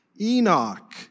Enoch